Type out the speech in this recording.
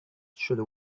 through